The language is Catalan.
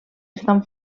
estan